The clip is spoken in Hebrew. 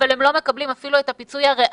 אבל הם לא מקבלים אפילו את הפיצוי הריאלי